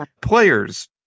Players